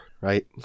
right